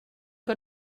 que